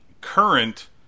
current